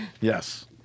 yes